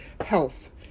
health